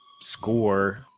Score